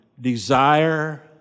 desire